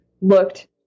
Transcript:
looked